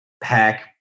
pack